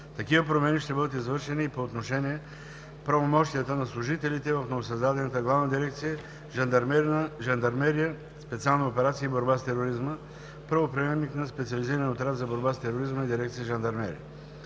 Такива промени ще бъдат извършени и по отношение правоотношенията на служителите в новосъздадената Главна дирекция „Жандармерия, специални операции и борба с тероризма“, правоприемник на Специализирания отряд за борба с тероризма и дирекция „Жандармерия“.